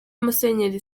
musenyeri